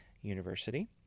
University